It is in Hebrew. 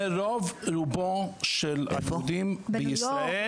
זה רוב רובם של היהודים בישראל --- בניו יורק,